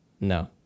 No